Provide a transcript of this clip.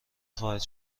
خواهد